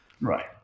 Right